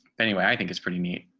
but anyway, i think it's pretty neat,